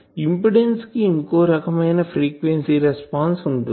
ఇంపిడెన్సుకి ఇంకో రకమైన frequency response ఉంటుంది